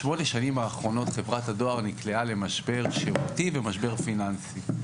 בשמונה שנים האחרונות חברת הדואר נקלעה למשבר שירותי ומשבר פיננסי.